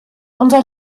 unser